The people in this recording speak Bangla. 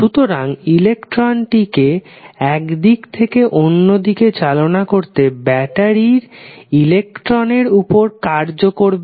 সুতরাং ইলেকট্রনটিকে এক দিক থেকে অন্য দিকে চালনা করতে ব্যাটারি ইলেকট্রনের উপর কার্জ করবে